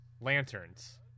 Lanterns